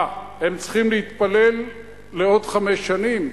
מה, הם צריכים להתפלל לעוד חמש שנים?